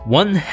one